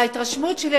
וההתרשמות שלי,